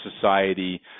society